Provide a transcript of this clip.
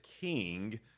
king